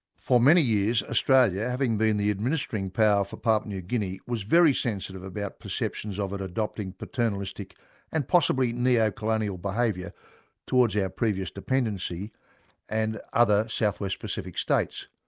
for many years, australia, having been the administering power for papua new guinea, was very sensitive about perceptions of it adopting paternalistic and possibly neo-colonial behaviour towards our previous dependency and other south west pacific states.